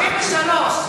הליכוד קם ב-1973,